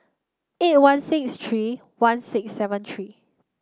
eight one six three one six seven three